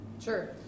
Sure